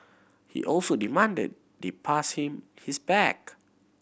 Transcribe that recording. he also demanded they pass him his bag